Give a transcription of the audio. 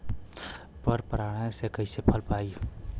पर परागण से कईसे फसल होई?